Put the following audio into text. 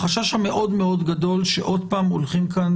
החשש המאוד מאוד גדול שעוד פעם הולכים כאן